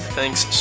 thanks